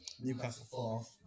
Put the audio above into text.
Newcastle